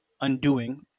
undoing